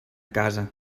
casa